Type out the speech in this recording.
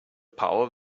power